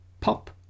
pop